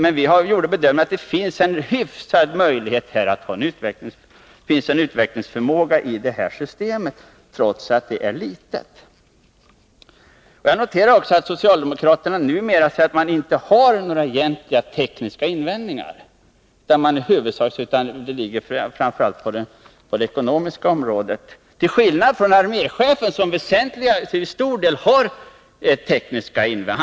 Men vi har gjort bedömningen att det finns en hyfsad utvecklingsförmåga i systemet trots att det är litet. Jag noterar också att socialdemokraterna numera säger att man inte har några egentliga tekniska invändningar, utan invändningarna ligger i huvudsak på det ekonomiska området. Detta till skillnad från arméchefen som till stor del har tekniska invändningar.